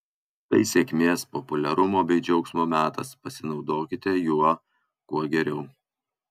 tai sėkmės populiarumo bei džiaugsmo metas pasinaudokite juo kuo geriau